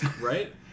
Right